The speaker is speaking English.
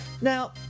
Now